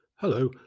Hello